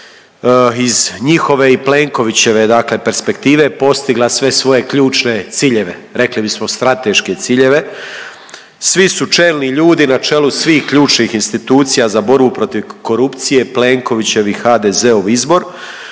iz njihove i Plenkovićeve dakle perspektive postigla sve svoje ključne ciljeve, rekli bismo strateške ciljeve. Svi su čelni ljudi na čelu svih ključnih institucija za borbu protiv korupcije, Plenkovićev i HDZ-ov izbor.